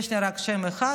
יש לי רק שם אחד,